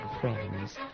friends